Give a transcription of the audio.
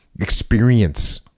experience